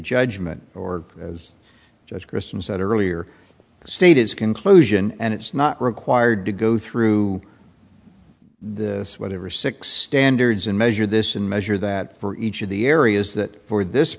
judgment or as just christian said earlier the state is conclusion and it's not required to go through this whatever six standards and measure this and measure that for each of the areas that for this